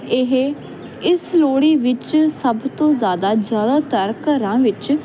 ਇਹ ਇਸ ਲੋੜੀ ਵਿੱਚ ਸਭ ਤੋਂ ਜਿਆਦਾ ਜਿਆਦਾਤਰ ਘਰਾਂ ਵਿੱਚ